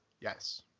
yes